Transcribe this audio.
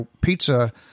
pizza